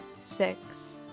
six